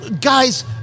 Guys